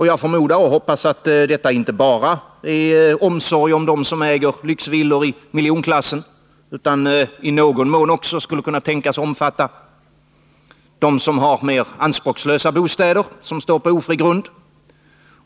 Jag hoppas att det inte bara är av omsorg om de människor som äger lyxvillor i miljonklassen, utan att omsorgen i någon mån också skulle kunna tänkas omfatta dem som har mer anspråkslösa bostäder vilka står på ofri grund.